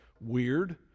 weird